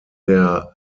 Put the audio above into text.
der